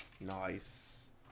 Nice